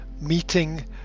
Meeting